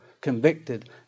Convicted